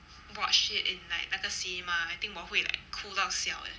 watch it in like 那个 cinema I think 我会 like 哭到 siao eh